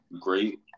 great